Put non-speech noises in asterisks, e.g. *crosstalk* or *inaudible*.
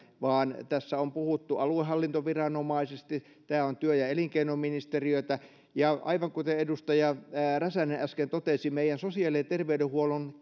vaan tässä on puhuttu aluehallintoviranomaisesta ja tässä on työ ja elinkeinoministeriötä ja aivan kuten edustaja räsänen äsken totesi meidän sosiaali ja terveydenhuollon *unintelligible*